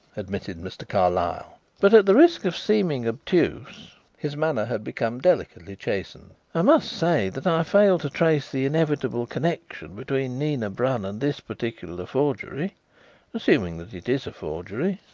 admitted mr. carlyle but at the risk of seeming obtuse his manner had become delicately chastened i must say that i fail to trace the inevitable connexion between nina brun and this particular forgery assuming that it is a forgery.